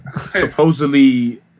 Supposedly